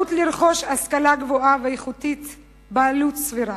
אפשרות לרכוש השכלה גבוהה ואיכותית בעלות סבירה,